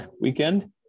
weekend